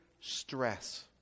stress